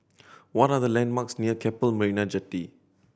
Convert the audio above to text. what are the landmarks near Keppel Marina Jetty